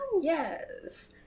yes